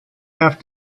have